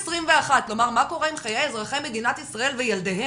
2021 לומר מה קורה עם חיי אזרחי מדינת ישראל וילדיהם